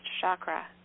chakra